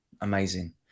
amazing